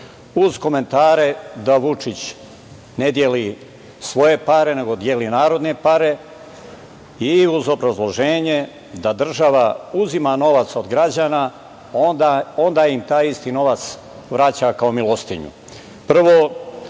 uz komentare da Vučić ne deli svoje pare, nego deli narodne pare i uz obrazloženje da država uzima novac od građana i onda im taj isti novac vraća kao milostinju. Prvo,